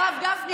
הרב גפני,